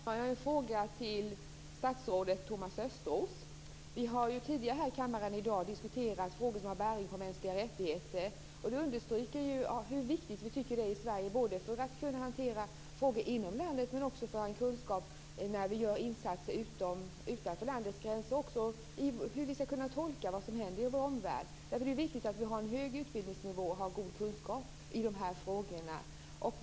Fru talman! Jag har en fråga till statsrådet Thomas Vi har tidigare i dag i kammaren diskuterat frågor som har bäring på mänskliga rättigheter. Det understryker hur viktigt vi i Sverige tycker att det är för att kunna hantera frågor inom landet, men också för att ha kunskap när vi gör insatser utanför landets gränser och för att vi skall kunna tolka vad som händer i vår omvärld. Därför är det viktigt att vi har en hög utbildningsnivå och har god kunskap i de här frågorna.